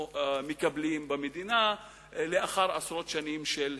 מקבלים במדינה לאחר עשרות שנים של התפתחות.